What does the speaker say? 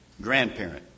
Grandparent